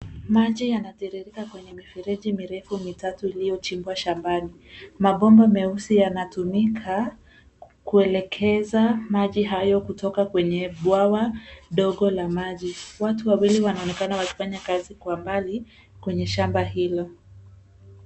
Maji yanatiririka kwenye mifereji mirefu mitatu iliyochimbwa shambani. Mabomba meusi yanatumika kuelekeza maji hayo kutoka kwenye bwawa ndogo la maji. Watu wawili wanaonekana wakifanya kazi kwa mbali kwenye shamba hilo.